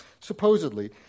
supposedly